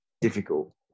difficult